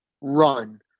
run